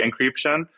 encryption